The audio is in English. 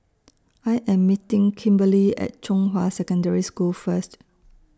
I Am meeting Kimberli At Zhonghua Secondary School First